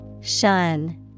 Shun